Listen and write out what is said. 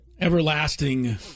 everlasting